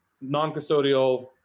non-custodial